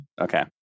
Okay